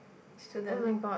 student